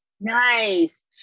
Nice